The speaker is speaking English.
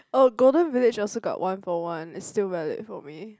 oh Golden Village also got one for one is valid for me